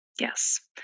Yes